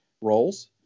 roles